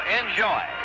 enjoy